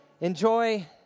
Enjoy